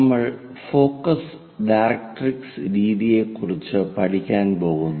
നമ്മൾ focus directrix രീതിയെക്കുറിച്ച് പഠിക്കാൻ പോകുന്നു